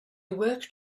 worked